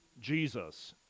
Jesus